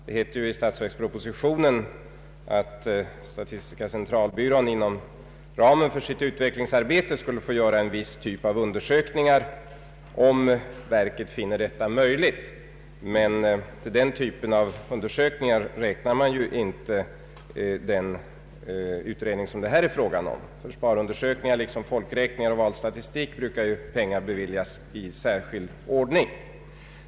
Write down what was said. Det heter i statsverkspropositionen att statistiska centralbyrån inom ramen för sitt utvecklingsarbete skuile få göra en viss typ av undersökningar, om verket finner detta möjligt, men till den typen av undersökningar räknar man ju inte den utredning som det här är fråga om. För sparundersökningar liksom för folkräkningar och valstatistik brukar ju pengar beviljas i särskild ordning.